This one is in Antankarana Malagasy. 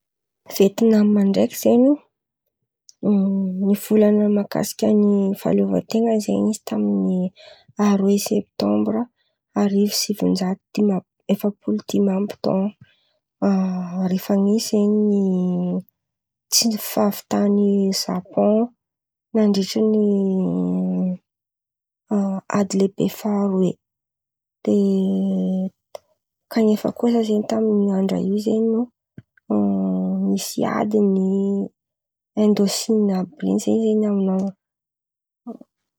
Vietnama ndreky zen̈y Ny volan̈a mahakasika ny fahaleovan-tena zen̈y izy taminy aroy septambra daty dimapolo efapolo dimy amby taô tsy ny fahavitany zapôn nandritrany ady lehibe faharoy e kanefa koa zen̈y taminy andra in̈y zen̈y ady lehibe taloha raha iny zen̈y nisy adiny Indo -Sine àby io